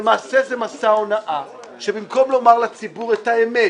למעשה זה מסע הונאה שבמקום לומר לציבור את האמת,